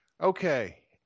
Okay